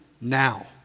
now